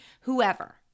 whoever